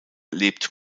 lebt